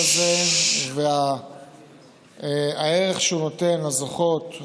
הבילוי והפנאי וקביעת תנאים להפעלתם.